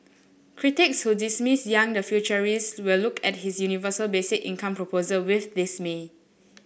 critics who dismiss Yang the futurist will look at his universal basic income proposal with dismay